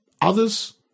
others